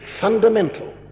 fundamental